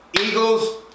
Eagles